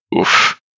Oof